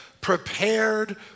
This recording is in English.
prepared